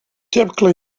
typically